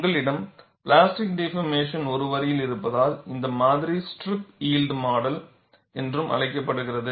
உங்களிடம் plastic deformation ஒரு வரியில் இருப்பதால் இந்த மாதிரி ஸ்ட்ரிப் யில்ட் மாடல் என்றும் அழைக்கப்படுகிறது